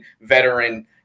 veteran –